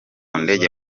ndege